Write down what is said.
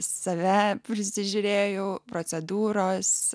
save prisižiūrėjau procedūros